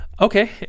okay